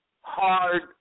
hard